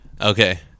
Okay